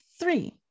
three